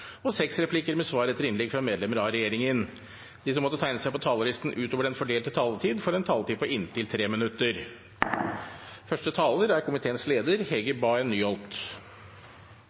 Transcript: og seks replikker med svar etter innlegg fra medlemmer av regjeringen. De som måtte tegne seg på talerlisten utover den fordelte taletid, får en taletid på inntil 3 minutter.